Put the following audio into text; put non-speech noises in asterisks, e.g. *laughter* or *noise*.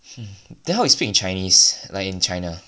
*laughs* then how speak in chinese like in China